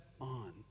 on